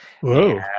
Whoa